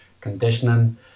conditioning